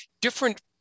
different